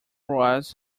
was